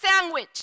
sandwich